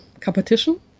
competition